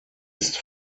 ist